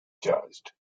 charged